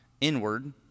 inward